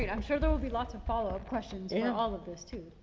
you know i'm sure there'll be lots of followup questions in all of this too.